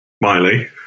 Miley